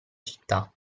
città